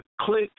click